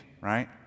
right